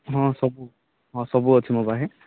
ହଁ ସବୁ ହଁ ସବୁ ଅଛି ମୋ ପାଖେ